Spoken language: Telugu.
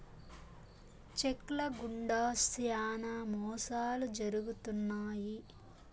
చెక్ ల గుండా శ్యానా మోసాలు జరుగుతున్నాయి